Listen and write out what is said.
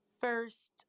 first